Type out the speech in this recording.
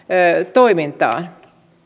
toimintaan